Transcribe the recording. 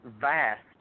vast